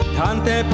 tante